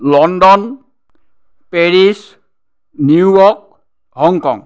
London Paris New York Hong Kong